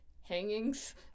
hangings